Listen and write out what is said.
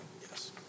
yes